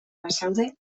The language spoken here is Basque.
bazaude